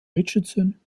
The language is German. richardson